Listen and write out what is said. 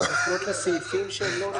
מפנות לסעיפים שלא קיימים.